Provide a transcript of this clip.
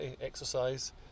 exercise